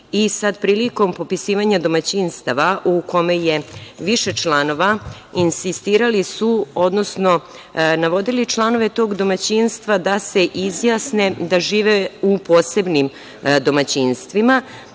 Sada prilikom popisivanja domaćinstava u kome je više članova insistirali su, odnosno navodili članove tog domaćinstva da se izjasne da žive u posebnim domaćinstvima,